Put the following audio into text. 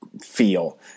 feel